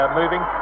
moving